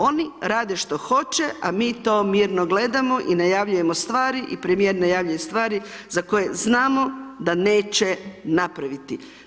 Oni rade što hoće a mi to mirno gledamo i najavljujemo stvari i premjer najavljuje stvari, za koje znamo da neće napraviti.